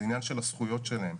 זה עניין של הזכויות שלהם,